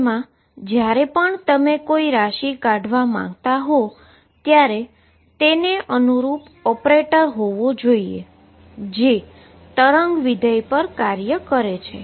જેમા જ્યારે પણ તમે કોઈ ક્વોંન્ટીટી કાઢવા માંગતા હો ત્યારે તેને અનુરૂપ ઓપરેટર હોવો જોઈએ જે વેવ ફંક્શન પર કાર્ય કરે છે